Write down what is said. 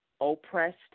oppressed